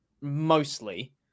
mostly